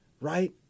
right